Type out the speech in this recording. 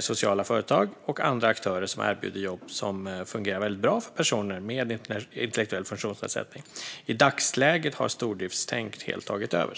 sociala företag och andra aktörer som erbjuder jobb som fungerar väldigt bra för personer med intellektuell funktionsnedsättning. I dagsläget har ett stordriftstänk helt tagit över."